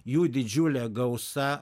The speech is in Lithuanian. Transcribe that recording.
jų didžiule gausa